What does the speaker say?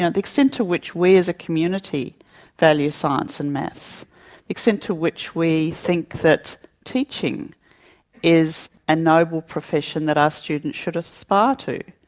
ah the extent to which we as a community value science and maths, the extent to which we think that teaching is a noble profession that our students should aspire to.